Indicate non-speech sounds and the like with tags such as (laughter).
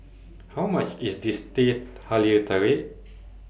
How much IS Teh Halia Tarik (noise)